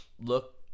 look